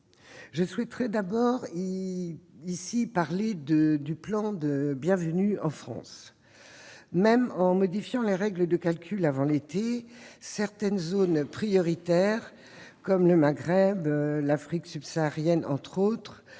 Je souhaiterais aborder ici le plan Bienvenue en France. Même en modifiant les règles de calcul avant l'été, certaines zones d'origine prioritaires, le Maghreb et l'Afrique subsaharienne entre autres,